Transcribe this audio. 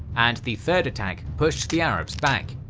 and the third attack pushed the arabs back.